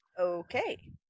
Okay